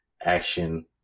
action